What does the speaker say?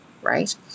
right